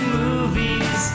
movies